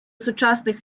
сучасних